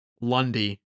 Lundy